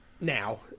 now